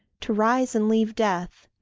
to rise and leave death.